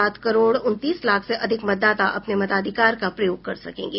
सात करोड़ उनतीस लाख से अधिक मतदाता अपने मताधिकार का प्रयोग कर सकेंगे